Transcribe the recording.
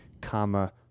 comma